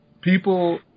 people